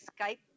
Skype